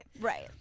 Right